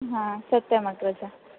हा सत्यमग्रज